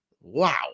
wow